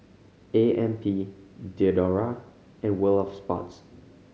A M P Diadora and World Of Sports